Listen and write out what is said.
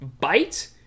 bite